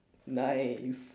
nice